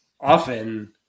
often